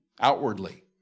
outwardly